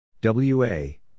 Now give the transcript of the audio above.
W-A